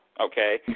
okay